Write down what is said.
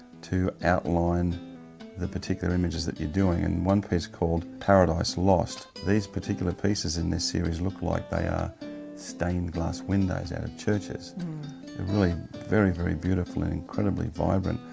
to outline the particular images that you're doing. and one piece called paradise lost, these particular pieces in this series look like they are stained glass windows out of churches. they're really very, very beautiful and incredibly vibrant.